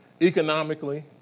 economically